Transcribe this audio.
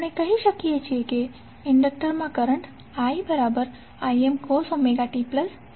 આપણે કહી શકીએ કે ઇન્ડક્ટરમાં કરંટ iImcos ωt∅ છે